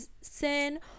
sin